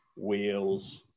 Wheels